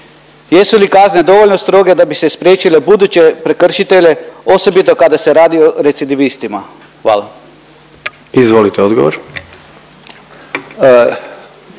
Jesu li kazne dovoljno stroge da bi se spriječile buduće prekršitelje osobito kada se radi o recidivistima? Hvala. **Jandroković,